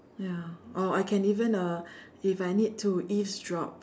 ya or I can even uh if I need to eavesdrop